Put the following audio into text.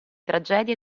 tragedia